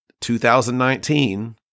2019